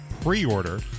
pre-order